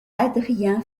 adrien